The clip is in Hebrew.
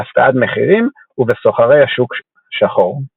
בהפקעת מחירים ובסוחרי השוק שחור.